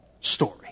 story